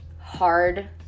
hard